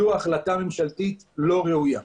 זו החלטה ממשלתית לא ראויה.